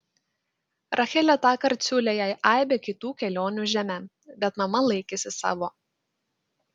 rachelė tąkart siūlė jai aibę kitų kelionių žeme bet mama laikėsi savo